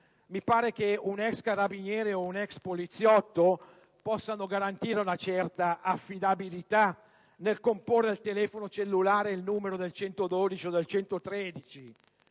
mi pare che un ex carabiniere o un ex poliziotto possano garantire una certa affidabilità nel comporre al telefono cellulare il numero del "112" o del "113";